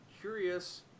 curious